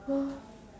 oh